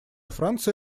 франции